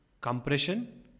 compression